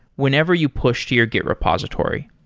whenever you push to your git repository.